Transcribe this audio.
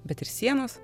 bet ir sienos